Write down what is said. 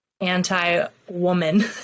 anti-woman